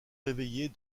réveillés